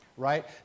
right